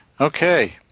Okay